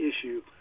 issue